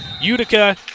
Utica